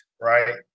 right